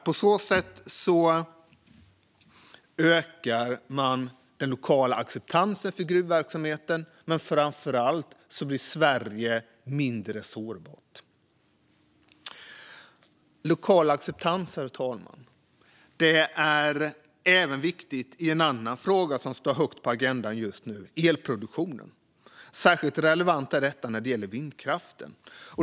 På så sätt ökar man den lokala acceptansen för gruvverksamheten, men framför allt blir Sverige mindre sårbart. Lokal acceptans, herr talman, är viktigt även i en annan fråga som står högt på agendan just nu, elproduktionen. Särskilt relevant är detta när det gäller vindkraften.